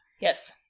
Yes